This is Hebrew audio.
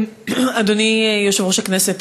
אדוני יושב-ראש הכנסת,